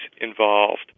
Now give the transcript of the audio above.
involved